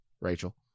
Rachel